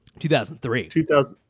2003